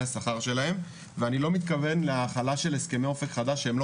השכר שלהם ואני לא מתכוון להחלה של ה סכמי אופק חדש שהם לא